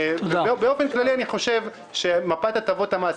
באופן כללי אני חושב שמפת הטבות המס